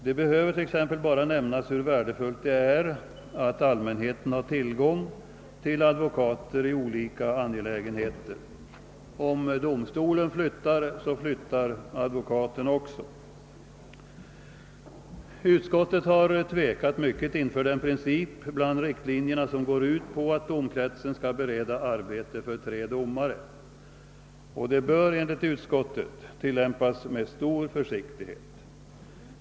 Jag behöver bara nämna hur värdefullt det är att allmänheten har tillgång till advokater i olika angelägenheter. "Om domstolen flyttar, flyttar advokaten också. Utskottet har tvekat mycket inför den princip bland riktlinjerna som går ut på att domkretsen skall bereda arbete för tre domare. Denna princip bör enligt utskottet tillämpas med stor försiktighet.